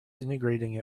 integrating